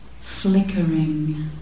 flickering